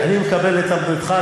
אני מקבל את עמדתך.